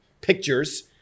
pictures